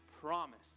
promise